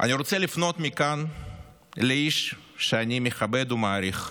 אני רוצה לפנות מכאן לאיש שאני מכבד ומעריך,